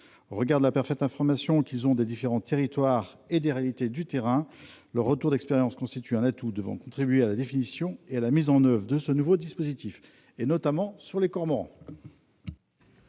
Au regard de la parfaite connaissance qu'ils ont des différents territoires et des réalités du terrain, leurs retours d'expérience constituent un atout qui doit contribuer à la définition et à la mise en oeuvre de ce nouveau dispositif, notamment s'agissant des cormorans